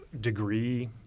degree